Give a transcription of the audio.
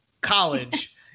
college